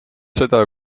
seda